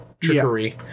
trickery